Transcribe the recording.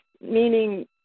meaning